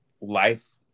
life